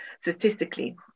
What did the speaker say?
statistically